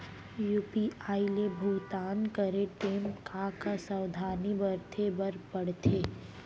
UPI ले भुगतान करे टेम का का सावधानी बरते बर परथे